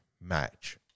match